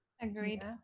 Agreed